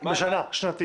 בשנה, שנתי.